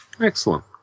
excellent